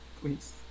please